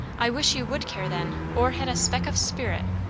i wish you would care, then, or had a speck of spirit.